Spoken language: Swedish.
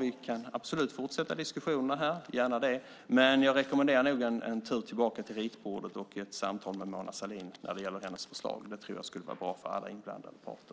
vi kan absolut fortsätta diskussionerna här, gärna det. Men jag rekommenderar nog en tur tillbaka till ritbordet och ett samtal med Mona Sahlin när det gäller hennes förslag. Det tror jag skulle vara bra för alla inblandade parter.